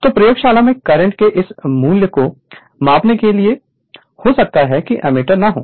तो प्रयोगशाला में करंट के इस मूल्य को मापने के लिए हो सकता है की एमीटर न हो